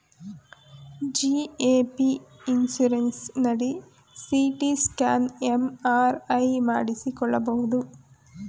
GAP insurance ನಡಿ CT scan, MRI ಮಾಡಿಸಿಕೊಳ್ಳಬಹುದು